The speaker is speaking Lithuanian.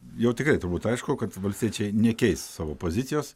jau tikrai turbūt aišku kad valstiečiai nekeis savo pozicijos